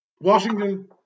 Washington